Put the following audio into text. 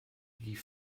die